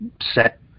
set